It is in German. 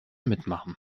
mitmachen